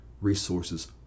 resources